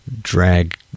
drag